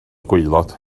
gwaelod